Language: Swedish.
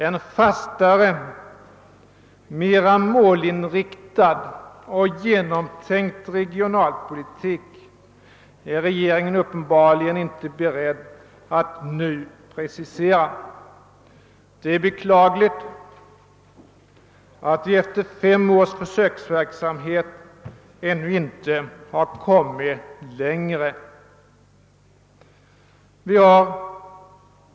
En fastare, mera målinriktad och genomtänkt regionalpolitik är regeringen uppenbarligen inte beredd att nu formulera. Det är beklagligt att vi efter fem års försöksverksamhet ännu inte har kommit längre.